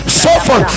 suffer